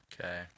Okay